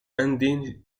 indigenous